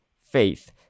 faith